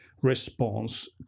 response